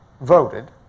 voted